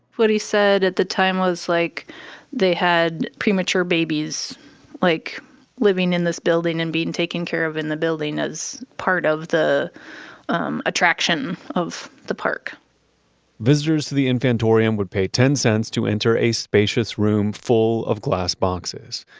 what he said at the time was like they had premature babies like living in this building and being taken care of in the building as part of the um attraction attraction of the park visitors to the infantorium would pay ten cents to enter a spacious room full of glass boxes.